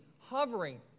hovering